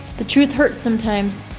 the truth hurts sometimes.